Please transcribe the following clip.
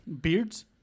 Beards